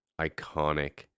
iconic